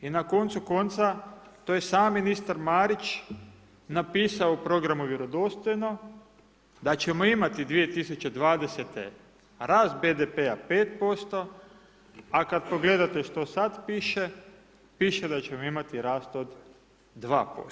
I na koncu konca, to je sam ministar Marić napisao u programu vjerodostojno da ćemo imati 2020. rast BDP-a 5%, a kad pogledate što sad piše, piše da ćemo imati rast od 2%